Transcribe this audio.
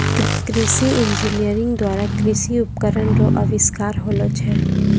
कृषि इंजीनियरिंग द्वारा कृषि उपकरण रो अविष्कार होलो छै